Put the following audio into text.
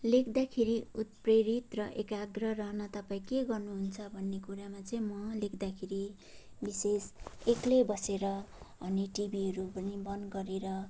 लेख्दाखेरि उत्प्रेरित र एकाग्र रहन तपाईँ के गर्नुहुन्छ भन्ने कुरामा चाहिँ म लेख्दाखेरि विशेष एक्लै बसेर अनि टिभीहरू पनि बन्द गरेर